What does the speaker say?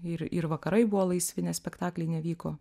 ir ir vakarai buvo laisvi nes spektakliai nevyko